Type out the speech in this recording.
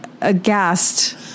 aghast